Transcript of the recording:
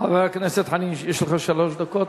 חבר הכנסת חנין, יש לך שלוש דקות.